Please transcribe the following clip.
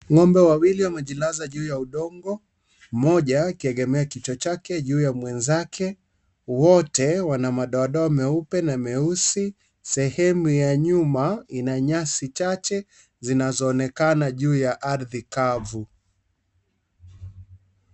Ngombe wawili wamejilaza juu ya udongo mmoja akiegemea kichwa chake juu ya mwenzake wote wanamadoa doa meupe na meusi. Sehemu ya nyuma ina nyasi chache zinazo onekana juu ya ardhi kavu.